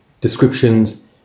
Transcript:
descriptions